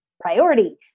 priority